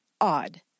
odd